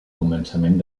començament